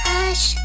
Hush